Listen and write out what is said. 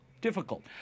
Difficult